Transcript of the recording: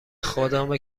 خدامه